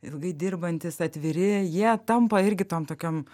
ilgai dirbantys atviri jie tampa irgi tom tokiom